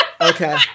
Okay